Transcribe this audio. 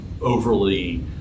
overly